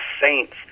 saints